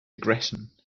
aggression